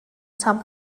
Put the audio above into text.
tom